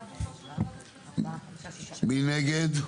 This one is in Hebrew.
מי נגד?